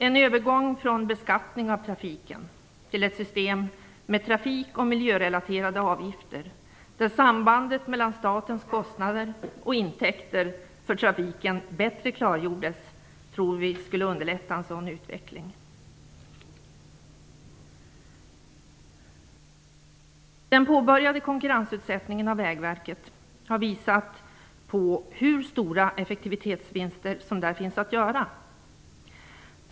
En övergång från beskattning av trafiken till ett system med trafikoch miljörelaterade avgifter, där sambandet mellan statens kostnader och intäkter för trafiken bättre klargjordes, tror vi skulle underlätta en sådan utveckling. Den påbörjade konkurrensutsättningen av Vägverket har visat hur stora effektivitetsvinster som där finns att göra.